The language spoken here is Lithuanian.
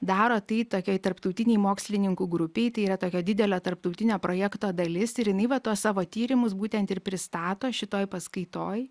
daro tai tokioj tarptautinėj mokslininkų grupėj tai yra tokio didelio tarptautinio projekto dalis ir jinai va tuos savo tyrimus būtent ir pristato šitoj paskaitoj